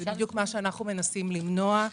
זה בדיוק מה שאנחנו מנסים למנוע.